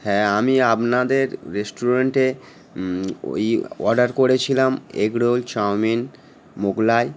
হ্যাঁ আমি আপনাদের রেস্টুরেন্টে ওই অর্ডার করেছিলাম এগরোল চাওমিন মোগলাই